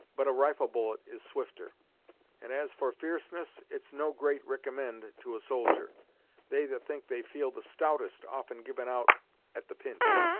but a rifle bullet is swifter and as for f'erceness, it's no great ricommend to a soldier they that think they feel the stoutest often givin' out at the pinch.